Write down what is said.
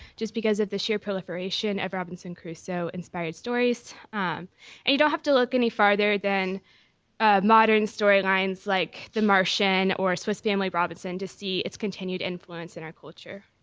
just because of the sheer proliferation of robinson crusoe inspired stories. and you don't have to look any farther than modern storylines like the martian or swiss family robinson to see its continued influence in our culture.